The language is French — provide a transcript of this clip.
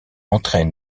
entraîne